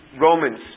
Romans